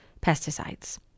pesticides